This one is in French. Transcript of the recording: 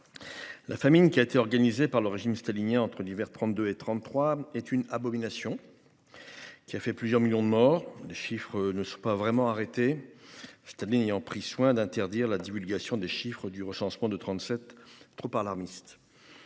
La famine qui a été organisée par le régime stalinien entre l'hiver 32 et 33 est une abomination. Qui a fait plusieurs millions de morts, les chiffres ne sont pas vraiment arrêter. Cette année ayant pris soin d'interdire la divulgation des chiffres du recensement de 37 trop par l'armistice.